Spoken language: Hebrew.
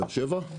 באר שבע,